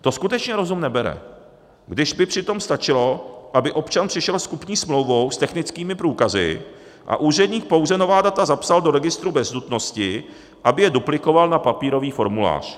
To skutečně rozum nebere, když by přitom stačilo, aby občan přišel s kupní smlouvou, s technickými průkazy a úředník pouze nová data zapsal do registru bez nutnosti, aby je duplikoval na papírový formulář.